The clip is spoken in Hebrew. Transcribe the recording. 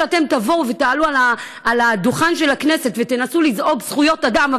כשאתם תבואו ותעלו על הדוכן של הכנסת ותנסו לזעוק זכויות אדם,